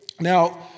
Now